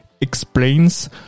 explains